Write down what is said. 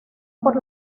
por